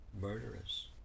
murderous